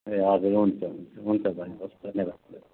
ए हजुर हुन्छ हुन्छ हुन्छ धन्यवाद